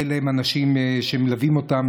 אין להם אנשים שמלווים אותם,